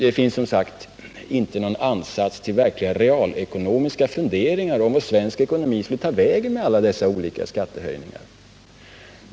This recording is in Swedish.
Det finns, som sagt, inte en ansats till verkliga realekonomiska funderingar om vart svensk ekonomi skulle ta vägen med alla dessa olika skattehöjningar.